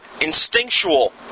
instinctual